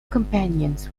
companions